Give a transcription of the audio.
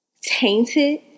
tainted